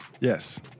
Yes